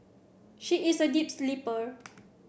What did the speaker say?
she is a deep sleeper